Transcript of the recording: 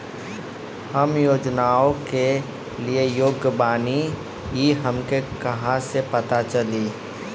हम योजनाओ के लिए योग्य बानी ई हमके कहाँसे पता चली?